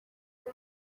bwe